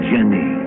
Jenny